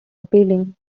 appealing